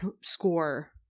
score